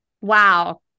Wow